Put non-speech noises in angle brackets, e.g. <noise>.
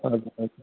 <unintelligible>